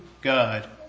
God